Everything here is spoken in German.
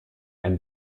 ein